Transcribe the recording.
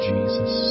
Jesus